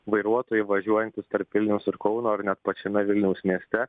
vairuotojai važiuojantys tarp vilniaus ir kauno ar net pačiame vilniaus mieste